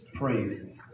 praises